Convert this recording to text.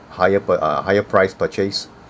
higher p~ uh a higher price purchase